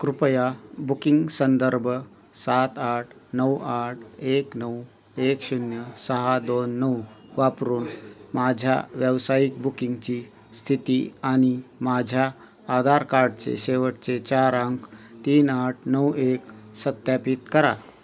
कृपया बुकिंग संदर्भ सात आठ नऊ आठ एक नऊ एक शून्य सहा दोन नऊ वापरून माझ्या व्यावसायिक बुकिंगची स्थिती आणि माझ्या आधार कार्डचे शेवटचे चार अंक तीन आठ नऊ एक सत्यापित करा